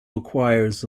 requires